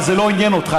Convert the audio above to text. אבל זה לא עניין אותך,